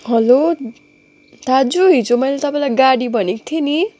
hello दाजु हिजो मैले तपाईँलाई गाडी भनेको थिए नि